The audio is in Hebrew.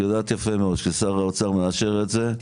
יודעת יפה מאוד ששר האוצר מאשר את זה,